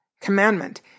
commandment